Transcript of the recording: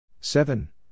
Seven